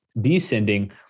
descending